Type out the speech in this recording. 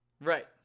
Right